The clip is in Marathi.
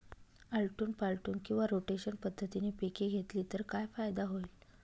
आलटून पालटून किंवा रोटेशन पद्धतीने पिके घेतली तर काय फायदा होईल?